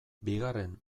bigarren